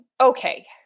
okay